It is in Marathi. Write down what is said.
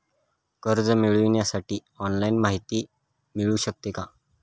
कर्ज मिळविण्यासाठी ऑनलाईन माहिती मिळू शकते का?